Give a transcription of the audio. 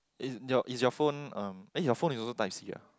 is your is your phone um your phone is also type C ah